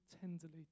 tenderly